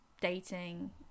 dating